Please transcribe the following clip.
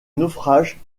naufrage